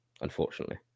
Unfortunately